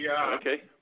Okay